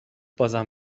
بازم